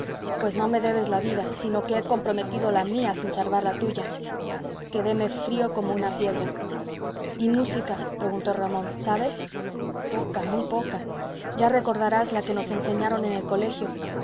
pues no me debes la vida sino que he comprometido la mía sin salvar la tuya quedéme frío como una piedra y música preguntó ramón sabes poca muy poca ya recordarás la que nos enseñaron en el colegio